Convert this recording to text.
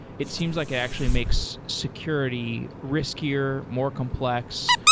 it seems like it actually makes security riskier, more complex,